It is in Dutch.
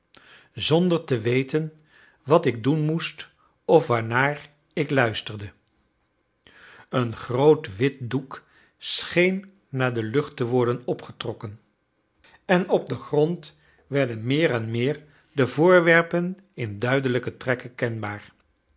zonder te weten wat ik doen moest of waarnaar ik luisterde een groot wit doek scheen naar de lucht te worden opgetrokken en op den grond werden meer en meer de voorwerpen in duidelijke trekken kenbaar